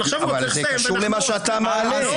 אבל עכשיו --- זה קשור למה שאתה מעלה.